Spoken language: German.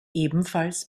ebenfalls